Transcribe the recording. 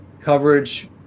coverage